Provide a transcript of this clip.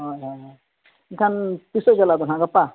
ᱦᱳᱭ ᱦᱳᱭ ᱢᱮᱱᱠᱷᱟᱱ ᱛᱤᱥᱚᱜ ᱪᱟᱞᱟᱜ ᱟᱯᱮ ᱦᱟᱸᱜ ᱜᱟᱯᱟ